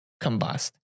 combust